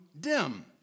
dim